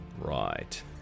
Right